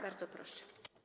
Bardzo proszę.